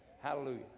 Hallelujah